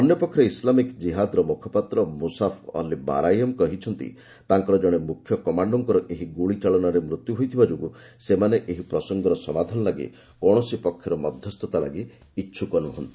ଅନ୍ୟପକ୍ଷରେ ଇସ୍ଲାମିକ୍ ଜିହାଦର ମୁଖପାତ୍ର ମୁସାଫ୍ ଅଲ୍ ବାରାୟେମ୍ କହିଛନ୍ତି ତାଙ୍କର ଜଣେ ମୁଖ୍ୟ କମାଣ୍ଡୋଙ୍କର ଏହି ଗୁଳି ଚାଳନାରେ ମୃତ୍ୟୁ ହୋଇଥିବା ଯୋଗୁଁ ସେମାନେ ଏହି ପ୍ରସଙ୍ଗର ସମାଧାନ ଲାଗି କୌଣସି ପକ୍ଷର ମଧ୍ୟସ୍ଥତା ଲାଗି ଇଚ୍ଛୁକ ନୁହଁନ୍ତି